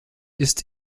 ist